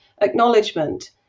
acknowledgement